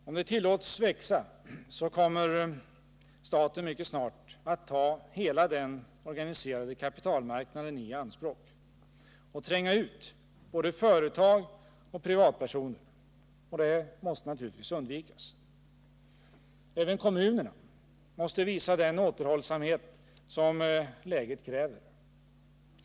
Om det tillåts växa, så kommer staten mycket snart att ta hela den organiserade kapitalmarknaden i anspråk och tränga ut både företag och privatpersoner. Det måste naturligtvis undvikas. Även kommunerna måste visa den återhållsamhet som läget kräver.